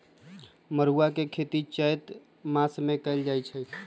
मरुआ के खेती चैत मासमे कएल जाए छै